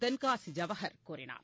தென்காசி ஜவஹர் கூறினார்